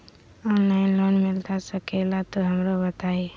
Online loan मिलता सके ला तो हमरो बताई?